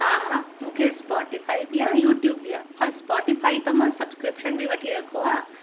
हा मूंखे स्पॉटीफ़ाई बि आहे यूट्यूब बि आहे उहो स्पॉटीफ़ाई त मां सब्सक्रिपिशन बि वठी रखियो आहे